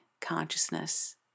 consciousness